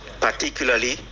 particularly